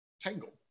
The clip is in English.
tangle